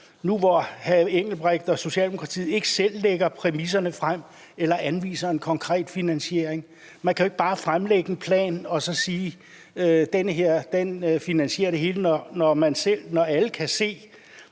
nu, hvor hr. Engelbrecht og Socialdemokratiet ikke selv lægger præmisserne frem eller anviser en konkret finansiering. Man kan jo ikke bare fremlægge en plan og så sige, at den finansierer det hele, når alle kan se,